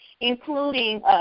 including